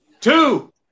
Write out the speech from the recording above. two